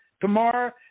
tomorrow